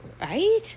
right